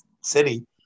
city